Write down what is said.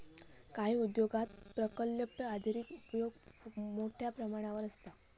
काही उद्योगांत प्रकल्प आधारित उपोक्रम मोठ्यो प्रमाणावर आसता